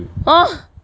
!huh!